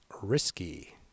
risky